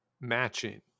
matching